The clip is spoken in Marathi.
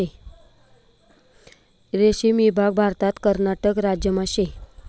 रेशीम ईभाग भारतना कर्नाटक राज्यमा शे